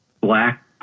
black